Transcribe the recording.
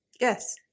Yes